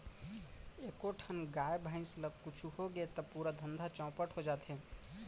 एको ठन गाय, भईंस ल कुछु होगे त पूरा धंधा चैपट हो जाथे